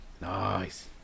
Nice